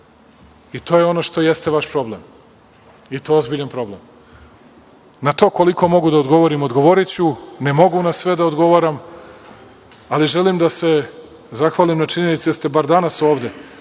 i to je ono što jeste vaš problem, i to ozbiljan problem. Na to koliko mogu da odgovorim, odgovoriću. Ne mogu na sve da odgovaram, ali želim da se zahvalim na činjenici da ste bar danas ovde.